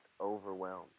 overwhelmed